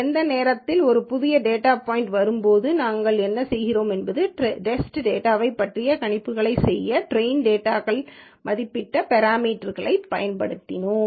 எந்த நேரத்திலும் ஒரு புதிய டேட்டா பாய்ன்ட் வரும்போது நாம் என்ன செய்கிறோம் என்பது டெஸ்ட் டேட்டாவைப் பற்றிய கணிப்புகளைச் செய்ய டிரேயின் டேட்டாவிலிருந்து மதிப்பிடப்பட்ட பெராமீட்டர்க்களைப் பயன்படுத்துகிறோம்